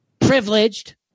privileged